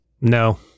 no